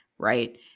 right